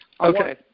Okay